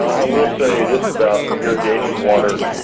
i will say this about irrigation water,